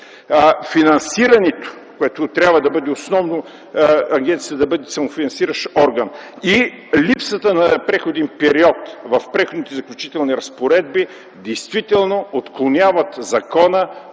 финансирането, което трябва да бъде основно, така че агенцията да бъде самофинансиращ се орган и липсата на преходен период в Преходните и заключителните разпоредби, действително отклоняват закона